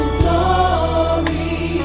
glory